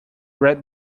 red